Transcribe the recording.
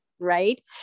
right